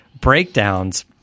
breakdowns